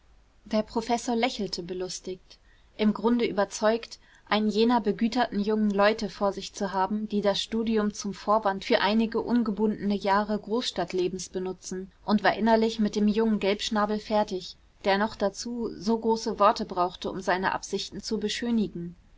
der professor lächelte belustigt im grunde überzeugt einen jener begüterten jungen leute vor sich zu haben die das studium zum vorwand für einige ungebundene jahre großstadtlebens benutzen und war innerlich mit dem jungen gelbschnabel fertig der noch dazu so große worte brauchte um seine absichten zu beschönigen